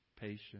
patience